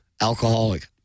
Alcoholic